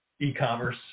e-commerce